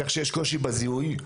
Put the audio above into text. כך שיש קושי בזיהוי,